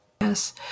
Yes